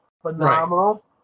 phenomenal